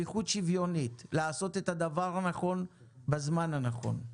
שליחות שוויונית לעשות את הדבר הנכון בזמן הנכון.